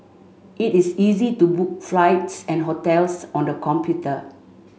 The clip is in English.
it is easy to book flights and hotels on the computer